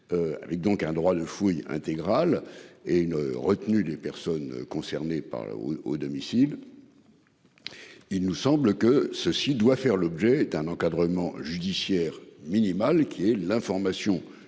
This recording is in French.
Avec donc un droit de fouille intégrale et une retenue des personnes concernées par là au domicile. Il nous semble que ceci doit faire l'objet d'un encadrement judiciaire minimal qui est l'information du